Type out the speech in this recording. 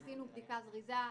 עשינו בדיקה זריזה.